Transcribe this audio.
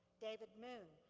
david moon,